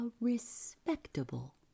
respectable